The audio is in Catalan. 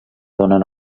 donen